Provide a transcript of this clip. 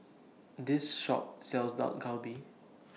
This Shop sells Dak Galbi